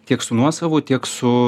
tiek su nuosavu tiek su